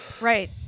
Right